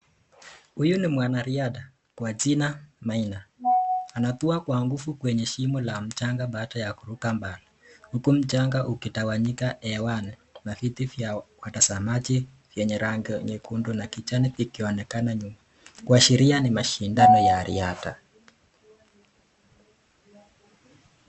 Huyu ni mwanariadha kwa jina maina, anatua kwa nguvu kwenye shimo la mchanga baada ya kuruka mbali, huku mchanga ikitawanyika hewani. Kuna viti vya watazamaji yenye rangi nyekundu na kijani ikionekana nyuma, kuashiria ni mashindano ya riadha.